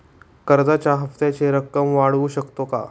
कर्जाच्या हप्त्याची रक्कम वाढवू शकतो का?